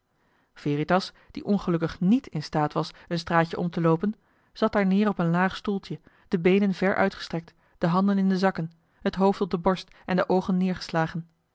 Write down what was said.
veritas die ongelukkig niet in staat was een straatje om te loopen zat daar neer op een laag stoeltje de beenen ver uitgestrekt de handen in de zakken het hoofd op de borst en de oogen